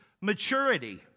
maturity